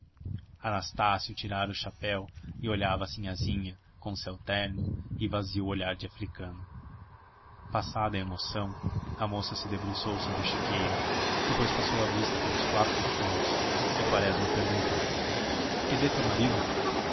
anastácio tirara o chapéu e olhava a sinhazinha com o seu terno e vazio olhar de africano passada a emoção a moça se debruçou sobre o chiqueiro depois passou a vista pelos quatro pontos e quaresma perguntou quedê teu marido